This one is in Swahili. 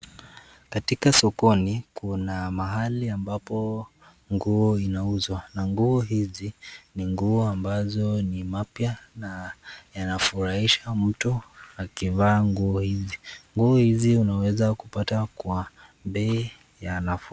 Katika sokoni kuna mahali ambapo guo zinauzwa na nguo hizi ni nguo ambazo ni mapya na yanafurahisha mtu akivaa nguo hizi. Nguo hizi unaweza kupata kwa bei ya nafuu.